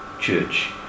church